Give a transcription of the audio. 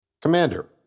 Commander